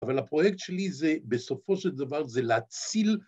‫אבל הפרויקט שלי זה, ‫בסופו של דבר, זה להציל...